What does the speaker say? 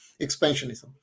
expansionism